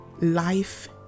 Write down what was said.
life